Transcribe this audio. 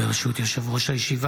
ברשות יושב-ראש הכנסת,